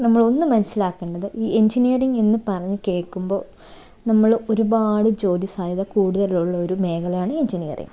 നമ്മളൊന്നു മനസ്സിലാക്കേണ്ടത് ഈ എൻജിനീയറിങ് എന്ന് പറഞ്ഞ് കേൾക്കുമ്പോൾ നമ്മൾ ഒരുപാട് ജോലി സാധ്യത കൂടുതലുള്ള ഒരു മേഖലയാണ് എൻജിനീയറിങ്